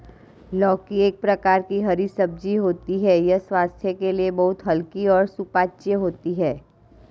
लौकी एक प्रकार की हरी सब्जी होती है यह स्वास्थ्य के लिए बहुत हल्की और सुपाच्य होती है